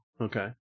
Okay